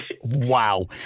Wow